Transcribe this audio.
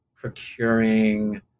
procuring